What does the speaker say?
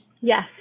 Yes